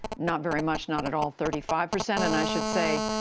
not very much, not at all, thirty five percent. and i should say,